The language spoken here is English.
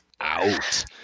out